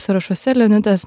sąrašuose leonidas